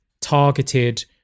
targeted